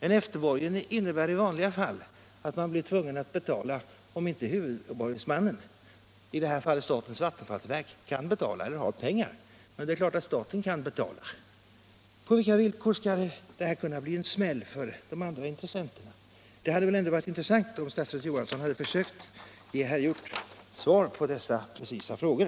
En efterborgen innebär i vanliga fall att man blir tvungen att betala om inte huvudborgensmannen - i det här fallet statens vattenfallsverk — har pengar att betala med. Men det är klart att staten kan betala. På vilka villkor skall detta kunna bli en smäll för de andra intressenterna? Det hade varit intressant om statsrådet Johansson försökt ge herr Hjorth svar på dessa precisa frågor.